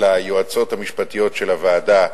ליועצות המשפטיות של הוועדה,